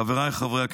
חבריי חברי הכנסת,